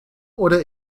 oder